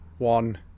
one